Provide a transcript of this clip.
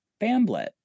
bamblet